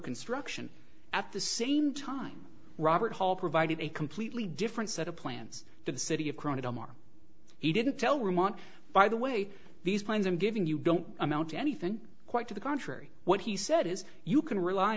construction at the same time robert hall provided a completely different set of plans for the city of chronic m r he didn't tell remark by the way these plans i'm giving you don't amount to anything quite to the contrary what he said is you can rely